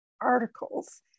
articles